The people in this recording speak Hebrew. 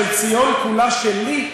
של "ציון כולה שלי",